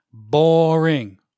boring